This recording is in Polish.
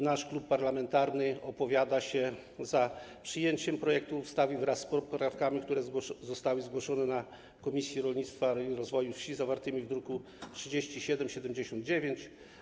Nasz klub parlamentarny opowiada się za przyjęciem projektu ustawy wraz z poprawkami, które zostały zgłoszone na posiedzeniu Komisji Rolnictwa i Rozwoju Wsi, zawartymi w druku nr 3779.